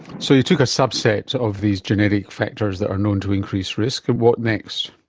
so you took a subset of these genetic factors that are known to increase risk, and what next?